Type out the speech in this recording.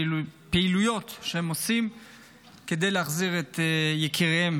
הפעילויות שהן עושות כדי להחזיר את יקיריהן,